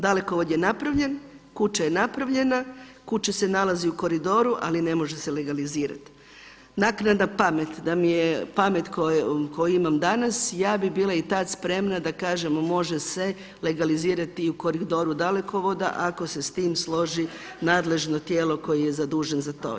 Dalekovod je napravljen, kuća je napravljena, kuća se nalazi u koridoru, ali ne može se legalizirati. … [[ne razumije se]] pamet da mi je pamet koju imam danas ja bih bila i tada spremna da kažem može se legalizirati i u koridoru dalekovodu ako se s tim složi nadležno tijelo koji je zadužen za to.